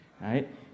right